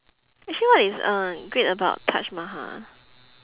actually what is uh great about taj mahal